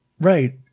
Right